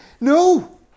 no